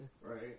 Right